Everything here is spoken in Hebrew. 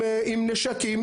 עם נשקים,